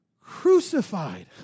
Crucified